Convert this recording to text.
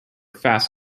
fast